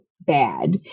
bad